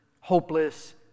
Hopeless